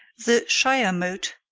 the shire mote,